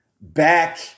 back